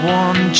one